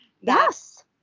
Yes